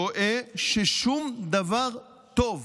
רואה ששום דבר טוב,